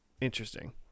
interesting